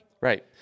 right